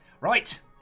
Right